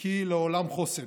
כי לעולם חוסן.